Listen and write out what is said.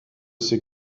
ses